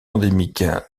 endémique